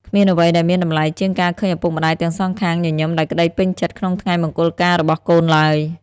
គ្មានអ្វីដែលមានតម្លៃជាងការឃើញឪពុកម្ដាយទាំងសងខាង ញញឹមដោយក្ដីពេញចិត្តក្នុងថ្ងៃមង្គលការរបស់កូនឡើយ។